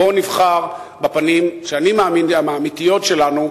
בואו נבחר בפנים שאני מאמין שהן האמיתיות שלנו,